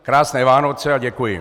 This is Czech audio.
Krásné Vánoce a děkuji.